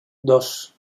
dos